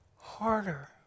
harder